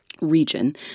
region